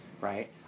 right